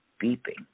beeping